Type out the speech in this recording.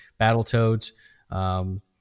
Battletoads